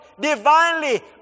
divinely